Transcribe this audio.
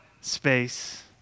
space